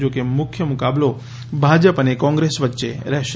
જોકે મુખ્ય મુકાબલો ભાજપ અને કોંગ્રેસ વચ્ચે રહેશે